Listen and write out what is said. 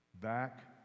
back